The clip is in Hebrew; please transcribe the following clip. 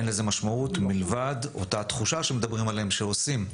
אין לזה משמעות מלבד אותה תחושה שמדברים עליהם שעושים.